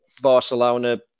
Barcelona